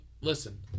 listen